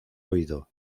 oído